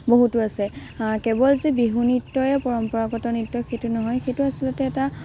বহুতো আছে কেৱল যে বিহু নৃত্যই পৰম্পৰাগত নৃত্য সেইটো নহয় সেইটো আচলতে এটা